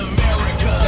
America